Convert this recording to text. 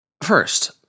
First